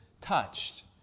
touched